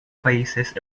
países